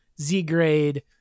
Z-grade